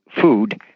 food